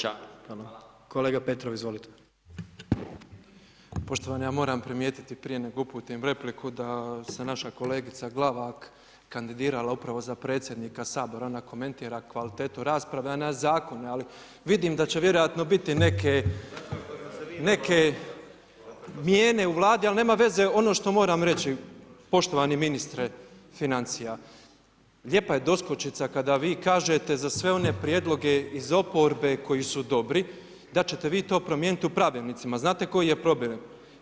Poštovani, ja moram primijetiti prije nego uputim repliku da se naša kolegica Glavak kandidirala upravo za predsjednika Sabora, ona komentira kvalitetu rasprave a ne zakone, ali vidim da će vjerojatno biti neke mijene u Vladi, ali nema veze, ono što moram reći, poštovani ministre financija, lijepa je doskočica kada vi kažete za sve one prijedloge iz oporbe koju su dobri da ćete vi to promijeniti u pravilnicima, znate koji je problem?